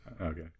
okay